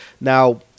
Now